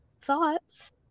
thoughts